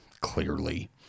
clearly